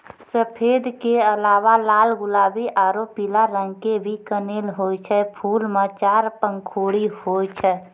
सफेद के अलावा लाल गुलाबी आरो पीला रंग के भी कनेल होय छै, फूल मॅ चार पंखुड़ी होय छै